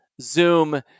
Zoom